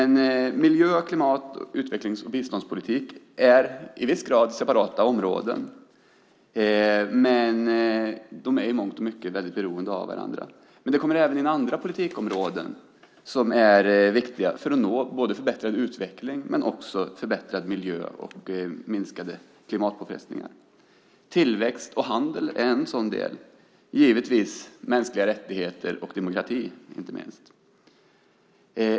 Miljö-, klimat-, utvecklings och biståndspolitik är till viss grad separata områden, men de är i mångt och mycket väldigt beroende av varandra. Det kommer även in andra politikområden som är viktiga för att nå både förbättrad utveckling och förbättrad miljö och minskade klimatpåfrestningar. Tillväxt och handel är en sådan del, liksom givetvis mänskliga rättigheter och demokrati.